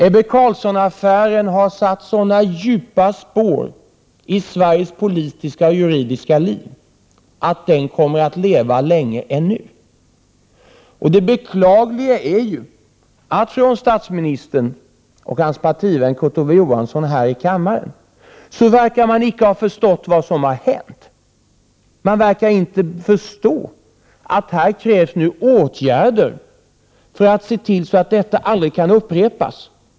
Ebbe Carlsson-affären har satt sådana djupa spår i Sveriges politiska och juridiska liv att den kommer att leva länge ännu. Det beklagliga är att statsministern och hans partivän Kurt Ove Johansson här i kammaren icke verkar ha förstått vad som har hänt. Man verkar inte förstå att det nu krävs åtgärder för att se till att detta aldrig kan upprepas.